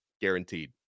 guaranteed